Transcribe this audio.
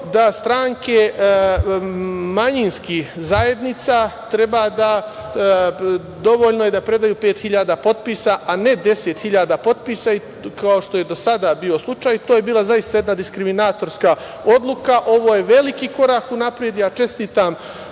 da stranke manjinskih zajednica dovoljno je da predaju pet hiljada potpisa, a ne 10 hiljada potpisa, kao što je do sada bio slučaj. To je zaista bila jedna diskriminatorska odluka. Ovo je veliki korak unapred. Ja čestitam